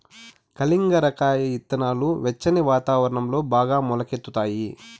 కలింగర కాయ ఇత్తనాలు వెచ్చని వాతావరణంలో బాగా మొలకెత్తుతాయి